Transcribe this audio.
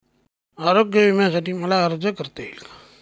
आरोग्य विम्यासाठी मला अर्ज करता येईल का?